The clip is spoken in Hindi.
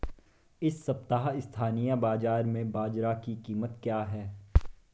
इस सप्ताह स्थानीय बाज़ार में बाजरा की कीमत क्या है?